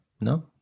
no